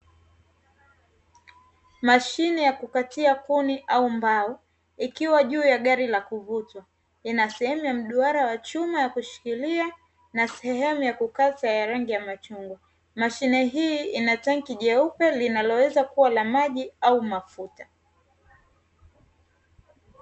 Mashine ya kukatia kuni au mbao, ikiwa juu la gari la kuvutwa, ina sehemu ya mduara wa chuma ya kushikalilia, na sehemu ya kukata ya rangi ya chungwa. Mashine hii ina tanki jeupe, linaloweza kuwa la maji au mafuta.